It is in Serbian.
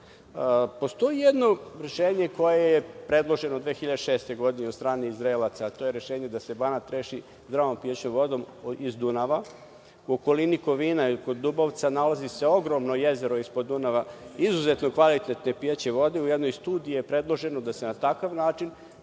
rešenja. Postoji jedno rešenje koje je predloženo 2006. godine, od strane Izraelaca, a to je rešenje da se Banat reši zdravom pijaćom vodom iz Dunava. U okolini Kovina ili kod Dubovca, nalazi se ogromno jezero ispod Dunava, izuzetno kvalitetne pijaće vode. U jednoj studiji je predloženo da se na takav način,